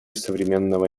современного